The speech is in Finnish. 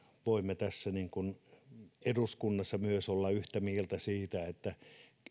voimme tässä eduskunnassa olla yhtä mieltä siitä että